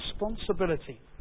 responsibility